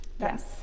Yes